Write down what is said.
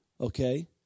Okay